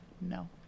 No